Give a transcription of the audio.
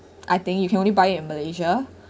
I think you can only buy it in malaysia